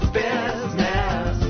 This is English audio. business